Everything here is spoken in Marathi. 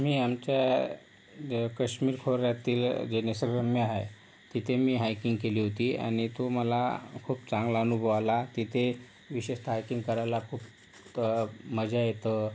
मी आमच्या काश्मीर खोऱ्यातील जे निसर्गरम्य आहे तिथे मी हाईकिंग केली होती आणि तो मला खूप चांगला अनुभव आला तिथे विशेषतः हाईकिंग करायला खूप मजा येतं